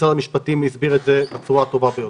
שמשרד המשפטים הסביר את זה בצורה הטובה ביותר.